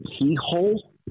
Keyhole